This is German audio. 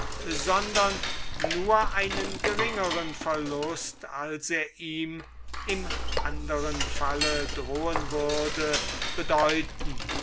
sondera nur einen geringeren verlust als er ihm im anderen falle drohea würde bedeuten